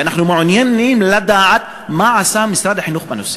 ואנחנו מעוניינים לדעת מה עשה משרד החינוך בנושא.